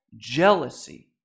Jealousy